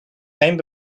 geen